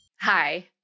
Hi